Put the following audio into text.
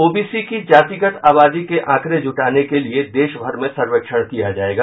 OBC की जातिगत आबादी के आंकड़े जूटाने के लिये देशभर में सर्वेक्षण किया जायेगा